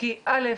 כי א',